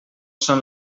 són